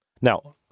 Now